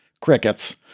Crickets